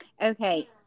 okay